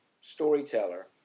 storyteller